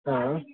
हाँ